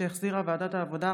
שהחזירה ועדת העבודה,